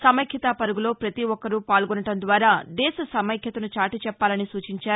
సమైక్యతా పరుగులో పతి ఒక్కరూ పాల్గొనడం ద్వారా దేశ సమైక్యతను చాటి చెప్పాలని సూచించారు